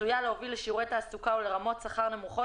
עשויה להביא לשיעורי תעסוקה או לרמות שכר נמוכות